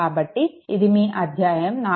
కాబట్టి ఇది మీ అధ్యాయం 4